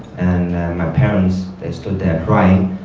and my parents, they stood there crying,